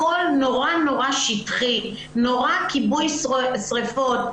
הכול נורא שטחי, כיבוי שריפות.